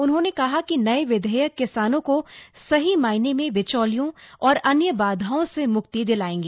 उन्होंने कहा कि नए विधेयक किसानों को सही मायने में बिचौलियों और अन्य बाधाओं से मुक्ति दिलाएगा